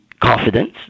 confidence